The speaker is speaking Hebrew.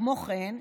כמו כן,